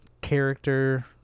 character